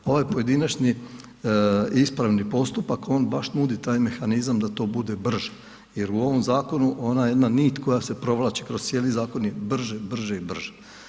Ovaj pojedinačni ispravni postupak, on baš nudi taj mehanizam da to bude brže jer u ovom zakonu, ona jedna nit koja se provlači kroz cijeli zakon je brže, brže i brže.